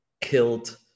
killed